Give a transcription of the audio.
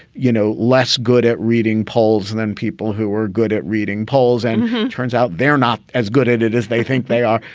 you know, less good at reading polls than people who are good at reading polls. and it turns out they're not as good at it as they think they are.